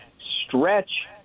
stretch